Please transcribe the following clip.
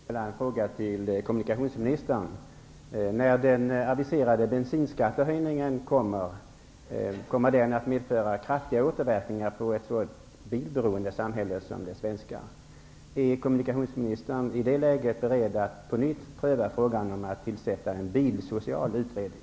Fru talman! Jag vill ställa en fråga till kommunikationsminstern. Den aviserade bensinskattehöjningen kommer att medföra kraftiga återverkningar på ett så bilberoende samhälle som det svenska. Är kommunikationsministern i det läget beredd att på nytt pröva frågan om att tillsätta en bilsocial utredning?